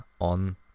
on